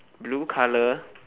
blue colour